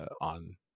on